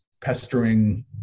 pestering